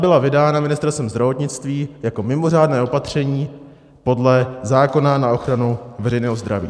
Ta byla vydána Ministerstvem zdravotnictví jako mimořádné opatření podle zákona na ochranu veřejného zdraví.